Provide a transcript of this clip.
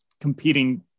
competing